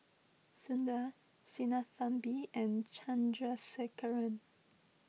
Sundar Sinnathamby and Chandrasekaran